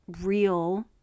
real